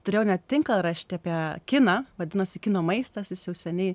turėjau net tinklaraštį apie kiną vadinosi kino maistas jis jau seniai